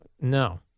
No